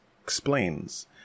explains